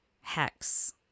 hex